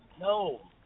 no